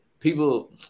People